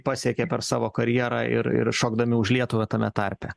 pasiekė per savo karjerą ir ir šokdami už lietuvą tame tarpe